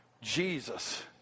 Jesus